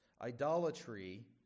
Idolatry